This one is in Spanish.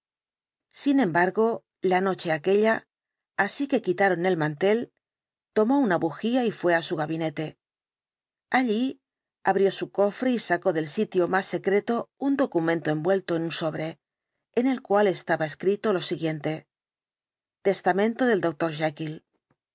sin embargo la noche aquella así que quitaron el mantel tomó una bujía y fué á su gabinete allí abrió su cofre y sacó del sitio más secreto un documento envuelto en un sobre en el cual estaba escrito lo siguiente testamento del doctor